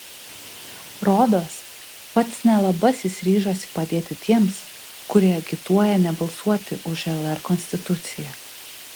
rodos pats nelabasis ryžosi padėti tiems kurie agituoja nebalsuoti už lr konstituciją